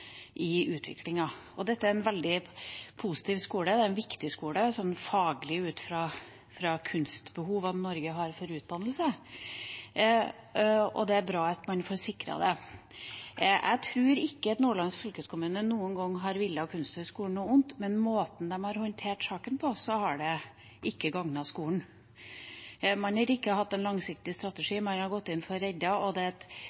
i utviklinga. Dette er en veldig positiv skole, og det er en viktig skole, faglig sett, ut fra kunstbehov, og hva Norge har av utdanninger, og det er bra at man får sikret det. Jeg tror ikke at Nordland fylkeskommune noen gang har villet kunsthøgskolen noe vondt, men måten de har håndtert saken på, har ikke gagnet skolen. Man har ikke hatt en langsiktig strategi, man har gått inn for å redde, og det er et